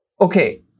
Okay